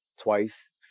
twice